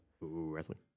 wrestling